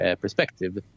perspective